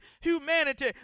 humanity